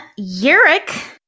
Yurik